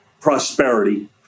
prosperity